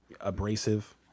abrasive